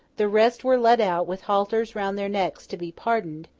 the rest were led out, with halters round their necks, to be pardoned,